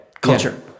culture